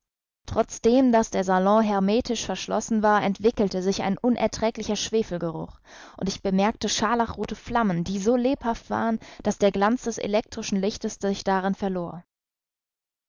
trotzdem daß der salon hermetisch verschlossen war entwickelte sich ein unerträglicher schwefelgeruch und ich bemerkte scharlachrothe flammen die so lebhaft waren daß der glanz des elektrischen lichtes sich darin verlor